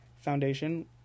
foundation